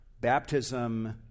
baptism